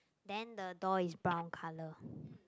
then the door is brown color